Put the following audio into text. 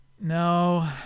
no